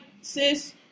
sis